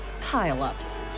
pile-ups